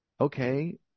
Okay